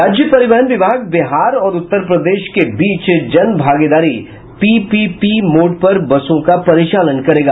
राज्य परिवहन विभाग बिहार और उत्तर प्रदेश के बीच जन भागीदारी पीपीपी मोड पर बसों का परिचालन करेगा